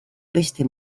beste